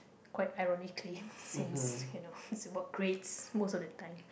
quite ironically since you know it's about grades most of the time